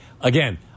again